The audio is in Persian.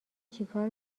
چیکار